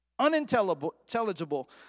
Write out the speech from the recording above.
unintelligible